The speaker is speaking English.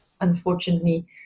unfortunately